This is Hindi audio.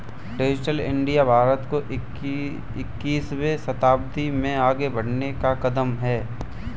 डिजिटल इंडिया भारत को इक्कीसवें शताब्दी में आगे बढ़ने का कदम है